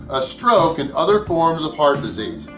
a stroke, and other forms of heart disease,